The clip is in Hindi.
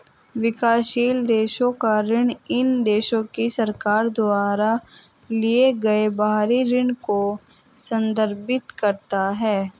विकासशील देशों का ऋण इन देशों की सरकार द्वारा लिए गए बाहरी ऋण को संदर्भित करता है